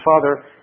father